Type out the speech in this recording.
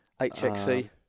Hxc